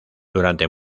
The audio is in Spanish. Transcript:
durante